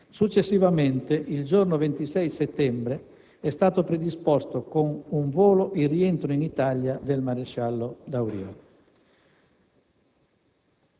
Successivamente, il giorno 26 settembre, è stato predisposto con un volo il rientro in Italia del maresciallo D'Auria.